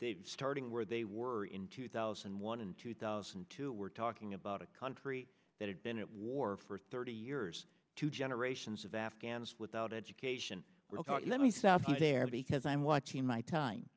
starting where they were in two thousand and one and two thousand and two we're talking about a country that had been at war for thirty years two generations of afghans without education let me stop you there because i'm watching my time